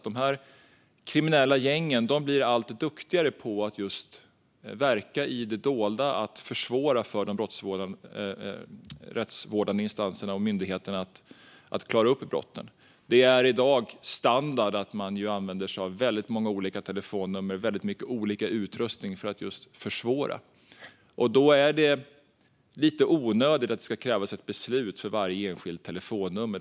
De kriminella gängen blir allt duktigare på att verka i det dolda och försvåra för rättsvårdande instanser och myndigheter att klara upp brotten. Det är i dag standard att man använder sig av många olika telefonnummer och olika slags utrustning för att försvåra detta. Det är därför lite onödigt att det krävs ett beslut för varje enskilt telefonnummer.